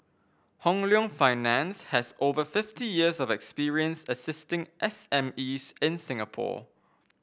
Hong Leong Finance has over fifty years of experience assisting SME's in Singapore